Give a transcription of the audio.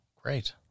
Great